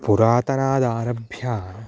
पुरातनादारभ्य